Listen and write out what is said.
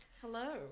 Hello